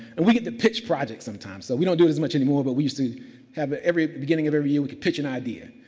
and we get the pitch project sometimes. so, we don't do it as much anymore but we used to have it at the beginning of every year we can pitch an idea.